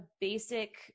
basic